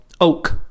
Oak